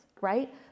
right